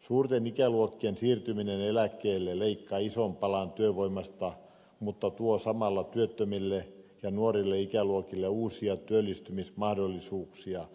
suurten ikäluokkien siirtyminen eläkkeelle leikkaa ison palan työvoimasta mutta tuo samalla työttömille ja nuorille ikäluokille uusia työllistymismahdollisuuksia